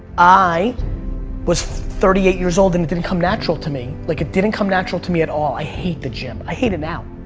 i was thirty eight years old and it didn't come natural to me. like it didn't come natural to me at all. i hate the gym. i hate it now.